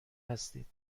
هستید